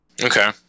Okay